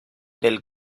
del